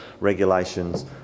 regulations